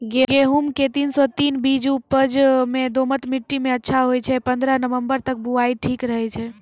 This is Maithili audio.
गेहूँम के तीन सौ तीन बीज उपज मे दोमट मिट्टी मे अच्छा होय छै, पन्द्रह नवंबर तक बुआई ठीक रहै छै